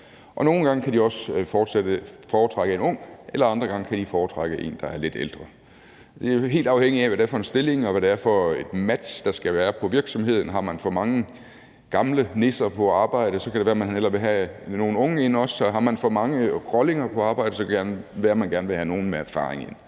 Og nogle gange kan de foretrække en ung, og andre gange kan de foretrække en, der er lidt ældre. Det er helt afhængigt af, hvad det er for en stilling, og hvad det er for et match, der skal være på virksomheden. Har man for mange gamle nisser på arbejde, kan det være, man hellere vil have nogle unge ind også, og har man for mange rollinger på arbejde, kan det være, man gerne vil have nogle med erfaring.